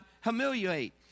humiliate